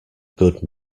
good